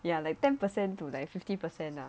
ya like ten percent to like fifty percent lah